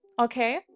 okay